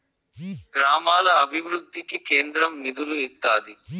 గ్రామాల అభివృద్ధికి కేంద్రం నిధులు ఇత్తాది